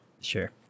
Sure